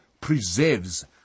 preserves